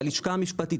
הלשכה המשפטית,